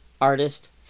artist